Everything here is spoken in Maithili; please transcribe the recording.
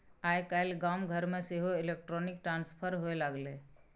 आय काल्हि गाम घरमे सेहो इलेक्ट्रॉनिक ट्रांसफर होए लागलै